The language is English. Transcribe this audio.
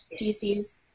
DC's